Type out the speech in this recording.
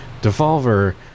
Devolver